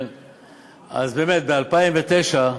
באמת ב-2009,